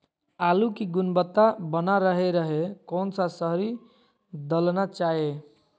आलू की गुनबता बना रहे रहे कौन सा शहरी दलना चाये?